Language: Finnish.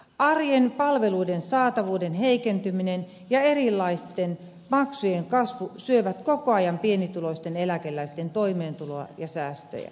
arjen palveluiden saatavuuden heikentyminen ja erilaisten maksujen kasvu syövät koko ajan pienituloisten eläkeläisten toimeentuloa ja säästöjä